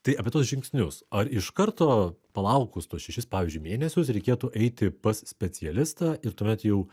tai apie tuos žingsnius ar iš karto palaukus tuos šešis pavyzdžiui mėnesius reikėtų eiti pas specialistą ir tuomet jau